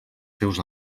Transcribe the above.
seus